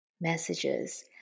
messages